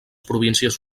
províncies